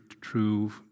true